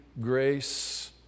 grace